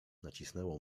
nacisnęło